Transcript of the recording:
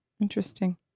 Interesting